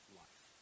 life